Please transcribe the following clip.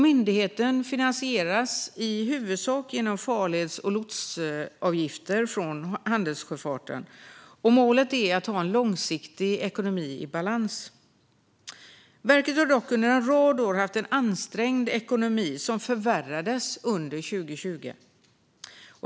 Myndigheten finansieras i huvudsak genom farleds och lotsavgifter från handelssjöfarten. Målet är att ha en långsiktig ekonomi i balans. Verket har dock under en rad år haft en ansträngd ekonomi som förvärrades under 2020.